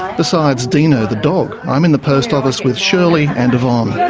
besides dino the dog, i'm in the post office with shirley and yvonne.